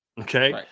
Okay